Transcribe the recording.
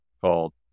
called